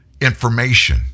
information